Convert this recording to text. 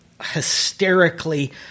hysterically